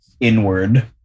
inward